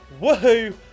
Woohoo